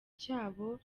cyabo